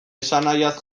esanahiaz